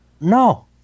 No